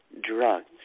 drugs